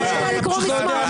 לא יודע לקרוא מסמך.